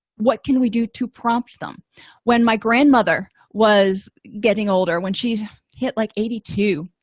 what can we do to prompt them when my grandmother was getting older when she's hit like eighty two